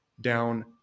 down